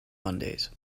mondays